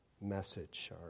message